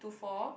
to four